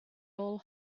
all